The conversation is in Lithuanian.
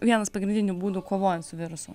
vienas pagrindinių būdų kovojant su virusu